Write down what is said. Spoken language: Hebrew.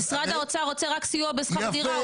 משרד האוצר רק רוצה סיוע בשכר דירה.